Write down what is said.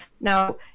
Now